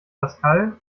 pascal